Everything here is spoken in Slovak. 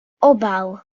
obal